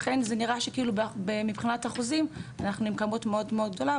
לכן זה נראה שמבחינת אחוזים אנחנו עם כמות מאוד מאוד גדולה,